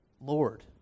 Lord